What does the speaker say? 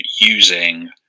using